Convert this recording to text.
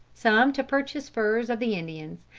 some to purchase furs of the indians,